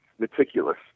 meticulous